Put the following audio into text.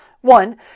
One